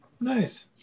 Nice